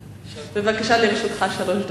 בבקשה, לרשותך שלוש דקות.